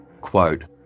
quote